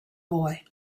boy